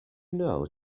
know